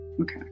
Okay